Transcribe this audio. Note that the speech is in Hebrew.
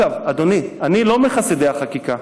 אגב, אדוני, אני לא מחסידי החקיקה.